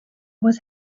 was